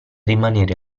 rimanere